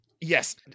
Yes